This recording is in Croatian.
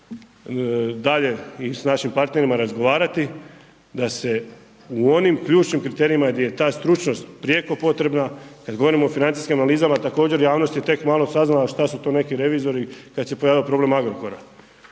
naravno dalje i s našim partnerima razgovarati, da se u onim ključnim kriterijima gdje je ta stručnost prijeko potrebna kad govorimo o financijskim analizama također javnost je malo saznala što su to neki revizori kad se pojavio problem Agrokora,